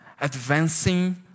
advancing